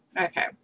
okay